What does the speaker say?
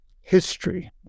history